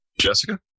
Jessica